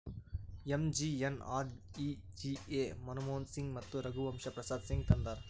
MGNREGA Manmohan Singh ಮತ್ತ ರಘುವಂಶ ಪ್ರಸಾದ್ ಸಿಂಗ್ ತಂದಾರ್